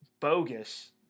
bogus